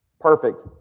perfect